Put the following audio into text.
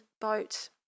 boat